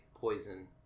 poison